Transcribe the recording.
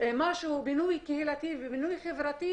בינוי קהילתי וחברתי,